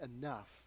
enough